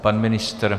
Pan ministr?